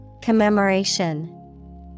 Commemoration